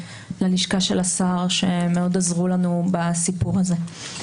ללשכה של השר שעזרו לנו מאוד בסיפור הזה.